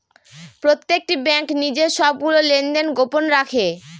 প্রত্যেকটি ব্যাঙ্ক নিজের সবগুলো লেনদেন গোপন রাখে